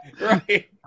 Right